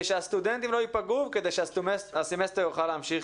שהסטודנטים לא ייפגעו וכדי שהסמסטר יוכל להמשיך